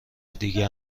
دیگه